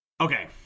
Okay